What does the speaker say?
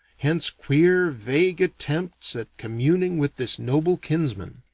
hence queer vague attempts at communing with this noble kinsman.